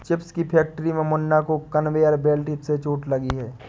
chips की factory में मुन्ना को कन्वेयर बेल्ट से चोट लगी है